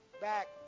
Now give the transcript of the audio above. back